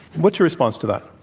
what's your response to that?